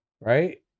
Right